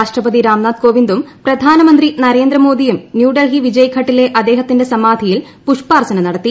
രാഷ്ട്രപതി രാംനാഥ് കോവിന്ദും പ്രധാനമന്ത്രി നരേന്ദ്ര മോദിയും ന്യൂ ഡൽഹി വിജയ് ഘട്ടിലെ അദ്ദേഹത്തിന്റെ സമാധിയിൽ പുഷ്പാർച്ചന നടത്തി